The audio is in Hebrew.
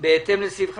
בהתאם לסעיף 59ב(ח)